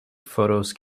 photos